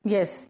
Yes